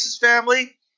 family